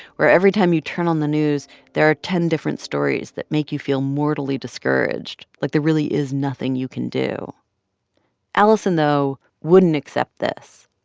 where every time you turn on the news, there are ten different stories that make you feel mortally discouraged like there really is nothing you can do alison, though, wouldn't accept this.